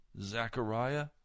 Zechariah